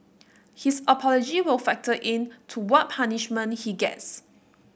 his apology will factor in to what punishment he gets